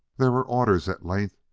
there were orders, at length,